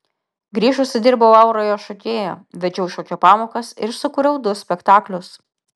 grįžusi dirbau auroje šokėja vedžiau šokio pamokas ir sukūriau du spektaklius